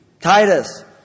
Titus